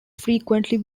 frequently